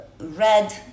red